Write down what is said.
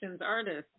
artists